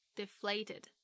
deflated